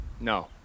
No